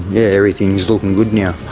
yeah everything's looking good now.